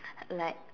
like